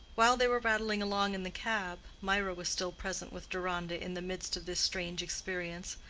while they were rattling along in the cab, mirah was still present with deronda in the midst of this strange experience,